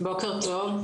בוקר טוב.